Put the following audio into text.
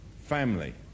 family